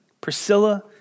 Priscilla